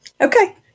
Okay